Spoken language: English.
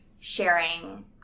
sharing